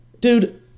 dude